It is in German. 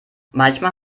manchmal